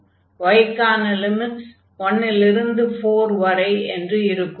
y க்கான limits 1 லிருந்து 4 வரை என்று இருக்கும்